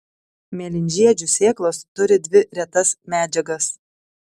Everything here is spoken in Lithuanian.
mėlynžiedžių sėklos turi dvi retas medžiagas